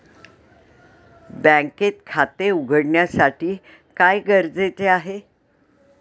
बँकेत खाते उघडण्यासाठी काय गरजेचे आहे?